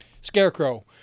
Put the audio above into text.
Scarecrow